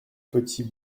petit